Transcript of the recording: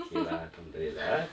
okay lah alhamdulillah ah